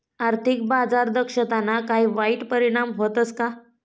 आर्थिक बाजार दक्षताना काही वाईट परिणाम व्हतस का